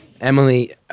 Emily